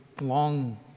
long